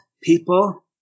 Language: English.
people